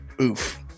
Oof